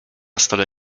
stole